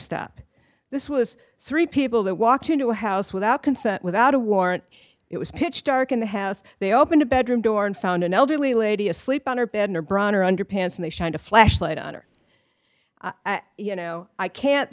stop this was three people that walked into a house without consent without a warrant it was pitch dark in the house they opened a bedroom door and found an elderly lady asleep on her bed in her bronner underpants and they shined a flashlight on her you know i can't